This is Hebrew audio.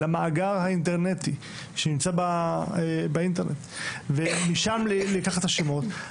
למאגר האינטרנטי שנמצא באינטרנט ומשם לקחת את השמות,